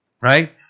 right